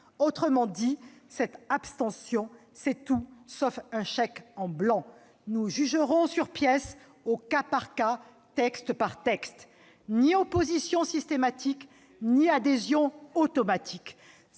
Autrement dit, cette abstention, c'est tout sauf un chèque en blanc : nous jugerons sur pièces, au cas par cas, texte par texte. Ni opposition systématique ni adhésion automatique